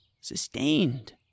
sustained